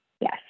Yes